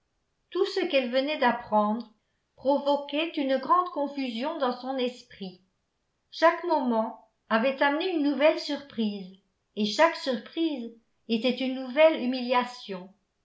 tout ce qu'elle venait d'apprendre provoquait une grande confusion dans son esprit chaque moment avait amené une nouvelle surprise et chaque surprise était une nouvelle humiliation